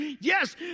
Yes